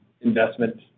investment